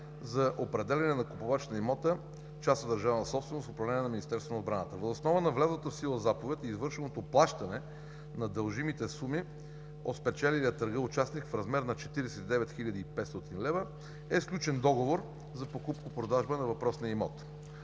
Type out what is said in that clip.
за определяне на купувач на имота – частна държавна собственост, управление на Министерството на отбраната. Въз основа на влязлата в сила заповед и извършеното плащане на дължимите суми от спечелилия търга участник в размер на 49 500 лв. е сключен договор за покупко-продажба на въпросния имот.